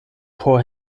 por